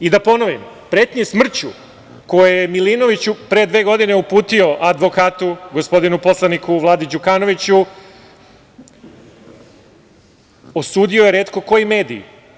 I da ponovim, pretnje smrću koje je Milinović pre dve godine uputio advokatu gospodinu poslaniku Vladi Đukanoviću, osudio je retko koji mediji.